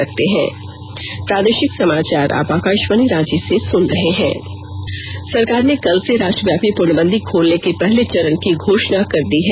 सरकार ने कल से राष्ट्रव्यापी पूर्णबंदी खोलने के पहले चरण की घोषणा कर दी है